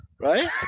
Right